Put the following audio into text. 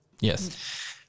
Yes